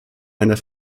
einer